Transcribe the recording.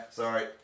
sorry